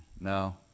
no